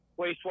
wastewater